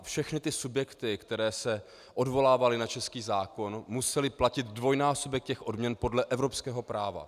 Všechny subjekty, které se odvolávaly na český zákon, musely platit dvojnásobek těch odměn podle evropského práva.